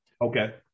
Okay